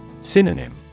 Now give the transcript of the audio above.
Synonym